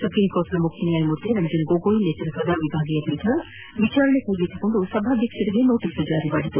ಸುಪ್ರೀಂಕೋರ್ಟ್ನ ಮುಖ್ಯ ನ್ಯಾಯಮೂರ್ತಿ ರಂಜನ್ ಗೊಗೊಯ್ ನೇತ್ವತ್ಲದ ವಿಭಾಗೀಯ ಪೀಠ ವಿಚಾರಣೆ ಕೈಗೆತ್ತಿಕೊಂದು ಸಭಾಧ್ಯಕ್ಷರಿಗೆ ನೋಟಿಸ್ ಜಾರಿ ಮಾಡಿದೆ